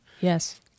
Yes